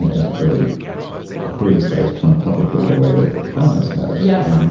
hasn't really criticized trump publicly the way that partners have. yes. um